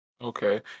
okay